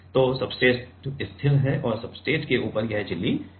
तो सब्सट्रेट स्थिर है और सब्सट्रेट के ऊपर यह झिल्ली कंपन कर रही है